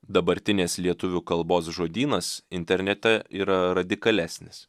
dabartinės lietuvių kalbos žodynas internete yra radikalesnis